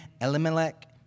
Elimelech